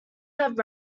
have